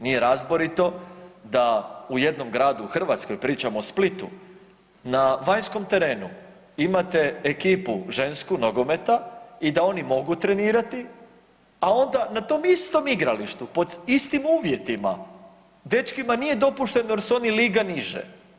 Nije razborito da u jednom gradu u Hrvatskoj, pričam o Splitu na vanjskom terenu imate ekipu žensku nogometa i da oni mogu trenirati, a onda na tom istom igralištu pod istim uvjetima dečkima nije dopušteno jer su oni liga niže.